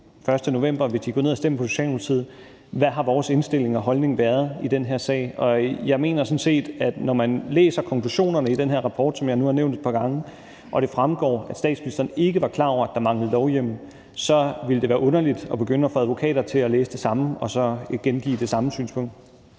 1. november, hvis de gik ned og stemte på Socialdemokratiet, hvad vores indstilling og holdning har været i den her sag. Og jeg mener sådan set, at når man læser konklusionerne i den her rapport, som jeg nu har nævnt et par gange, og det fremgår, at statsministeren ikke var klar over, at der manglede lovhjemmel, så ville det være underligt at begynde at få advokater til at læse det samme og så gengive det samme synspunkt.